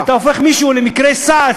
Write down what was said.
אם אתה הופך מישהו למקרה סעד,